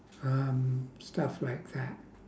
um stuff like that